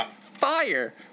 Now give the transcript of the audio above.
fire